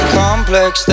complex